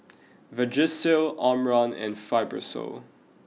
Vagisil Omron and Fibrosol